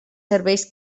serveis